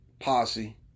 Posse